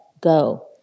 go